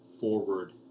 forward